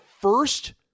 first